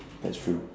that's true